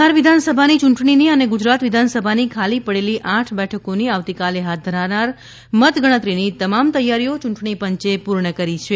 બિહાર વિધાનસભાની યૂંટણી ની અને ગુજરાત વિધાનસભાની ખાલી પડેલી આઠ બેઠકોની આવતીકાલે હાથ ધરાનાર મત ગણતરીની તમામ તૈયારીઓ ચૂંટણીપંચે પૂર્ણ કરી છે